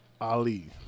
Ali